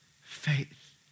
faith